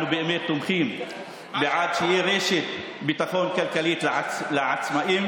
אנחנו באמת תומכים בכך שתהיה רשת ביטחון כלכלית לעצמאים,